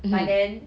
but then